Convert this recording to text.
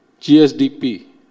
GSDP